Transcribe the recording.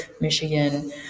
Michigan